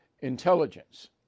intelligence